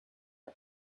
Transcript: and